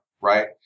right